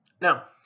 Now